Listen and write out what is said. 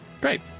great